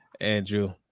Andrew